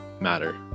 matter